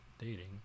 dating